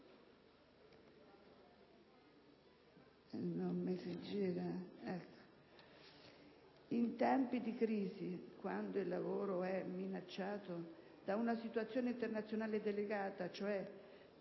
In tempi di crisi, quando il lavoro è minacciato da una situazione internazionale delicata, ciò